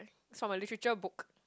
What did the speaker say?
it's from a literature book